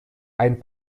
ein